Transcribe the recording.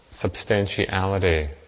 substantiality